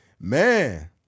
man